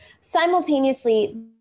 Simultaneously